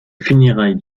funérailles